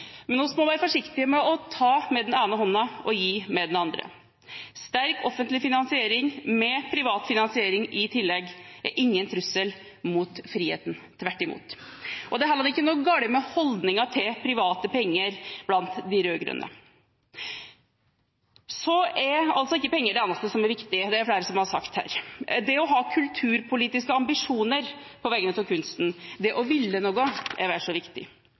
må vi være forsiktige med å ta med den ene hånden og gi med den andre. Sterk offentlig finansiering med privat finansiering i tillegg er ingen trussel mot friheten, tvert imot. Det er heller ikke noe galt med holdningen til private penger blant de rød-grønne. Penger er ikke det eneste som er viktig – det er det flere som har sagt her. Det å ha kulturpolitiske ambisjoner på vegne av kunsten, det å ville noe, er vel så viktig.